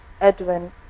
Edwin